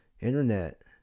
internet